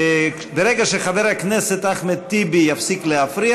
ברגע שחבר הכנסת אחמד טיבי יפסיק להפריע